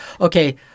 okay